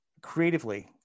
creatively